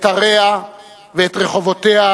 את עריה ואת רחובותיה,